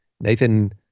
Nathan